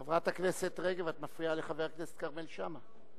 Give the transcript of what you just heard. חברת הכנסת רגב, את מפריעה לחבר הכנסת כרמל שאמה.